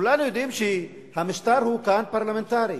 כולנו יודעים שהמשטר כאן הוא פרלמנטרי,